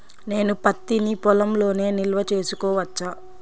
నేను పత్తి నీ పొలంలోనే నిల్వ చేసుకోవచ్చా?